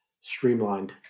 streamlined